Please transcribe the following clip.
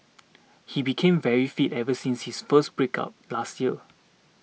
he became very fit ever since his breakup last year